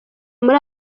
muri